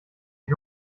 ich